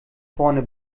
vorne